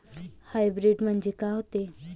Hybrid म्हनजे का होते?